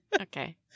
Okay